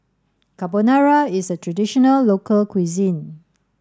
Carbonara is a traditional local cuisine